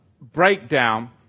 breakdown